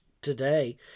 today